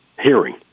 hearing